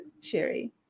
Sherry